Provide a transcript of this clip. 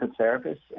therapists